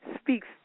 speaks